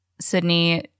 Sydney